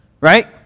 Right